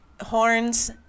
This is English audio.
horns